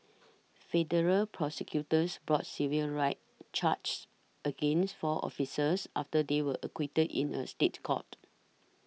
federal prosecutors brought civil rights charges against four officers after they were acquitted in a State Court